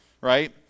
right